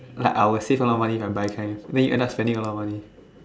like I will save a lot of money if I buy kind when you end up spending a lot of money